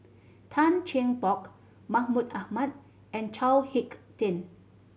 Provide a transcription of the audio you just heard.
Tan Cheng Bock Mahmud Ahmad and Chao Hick Tin